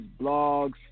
blogs